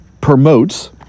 promotes